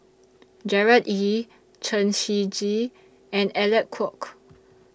Gerard Ee Chen Shiji and Alec Kuok